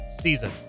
season